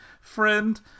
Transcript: friend